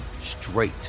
straight